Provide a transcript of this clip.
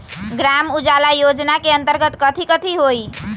ग्राम उजाला योजना के अंतर्गत कथी कथी होई?